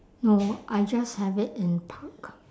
no I just have it in park